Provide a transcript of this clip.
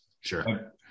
Sure